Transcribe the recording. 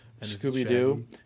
scooby-doo